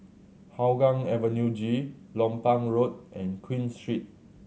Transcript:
Hougang Avenue G Lompang Road and Queen Street